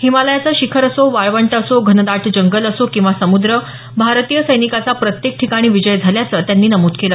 हिमालयाचं शिखर असो वाळवंट असो घनदाट जंगल असो किंवा समुद्र भारतीय सैनिकाचा प्रत्येक ठिकाणी विजय झाल्याचं त्यांनी नमूद केलं